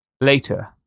Later